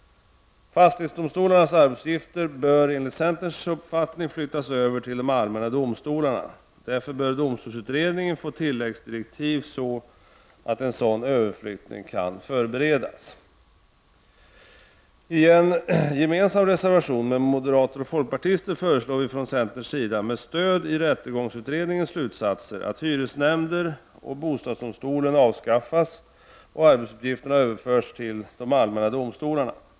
Fastighetsdomstolarnas arbetsuppgifter bör enligt centerpartiets uppfattning flyttas över till de allmänna domstolarna. Domstolsutredningen bör därför få tilläggsdirektiv, så att en sådan överflyttning kan förberedas. I en reservation, gemensam med moderater och folkpartister, föreslår vi från centerpartiets sida, med stöd av rättegångsutredningens slutsatser, att hyresnämnderna och bostadsdomstolen avskaffas och att deras arbetsuppgifter överförs till de allmänna domstolarna.